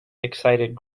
excited